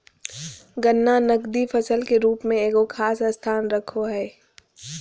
गन्ना नकदी फसल के रूप में एगो खास स्थान रखो हइ